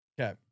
Okay